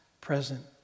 present